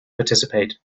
participate